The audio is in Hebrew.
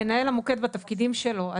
במנהל המוקד, בתפקידים שלו.